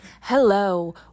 Hello